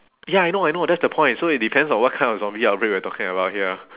ya I know I know that's the point so it depends on what kind of zombie outbreak we're talking about here